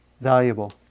valuable